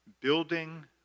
building